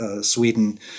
Sweden